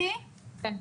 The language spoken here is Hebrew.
כן,